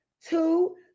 two